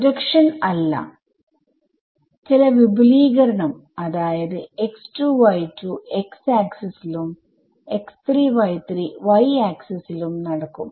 projection അല്ല ചില വിപുലീകരണം അതായത് x ആക്സിസ് ലും y ആക്സിസ് ലും നടക്കും